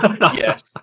Yes